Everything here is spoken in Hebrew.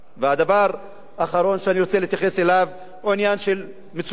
והדבר האחרון שאני רוצה להתייחס אליו הוא עניין מצוקת הדיור.